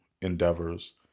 endeavors